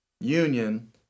union